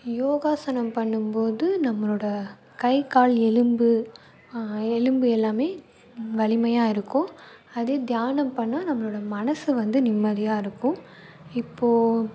யோகாசனம் பண்ணும்போது நம்மளோட கை கால் எலும்பு எலும்பு எல்லாமே வலிமையாக இருக்கும் அதே தியானம் பண்ணால் நம்மளோட மனசு வந்து நிம்மதியாக இருக்கும் இப்போது